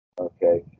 Okay